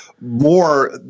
more